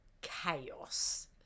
chaos